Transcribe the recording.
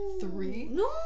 three